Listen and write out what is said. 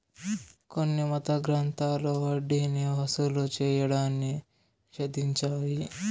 కొన్ని మత గ్రంథాలు వడ్డీని వసూలు చేయడాన్ని నిషేధించాయి